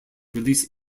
release